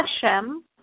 Hashem